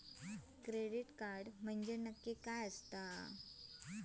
Credit card म्हंजे नक्की काय आसा?